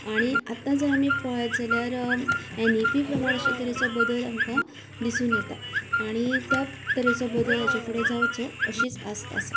आनी आता जर आमी पळयत जाल्यार एनइपी प्रमाण अशे तरेचो बदल आमकां दिसून येता आनी त्यात तरेचो बदल हाच्या फुडें जावचो अशीच आस्त आसा